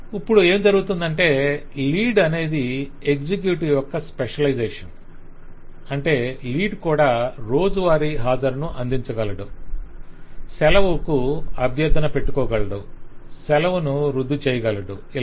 ఇప్పుడు ఏమి జరుగుతుందంటే లీడ్ అనేది ఎగ్జిక్యూటివ్ యొక్క స్పెషలైజేషన్ అంటే లీడ్ కూడా రోజువారీ హాజరును అందించగలదు సెలవుకు అభ్యర్థన పెట్టుకోగలడు సెలవును రద్దు చేయగలడు ఇలాగ